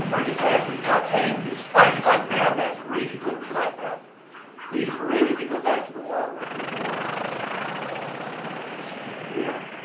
said, he's not tame, he's fighting like mad that's really good, we like that he's ready to go back to the wild where he belongs let's get a hold of his feet here